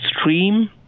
Stream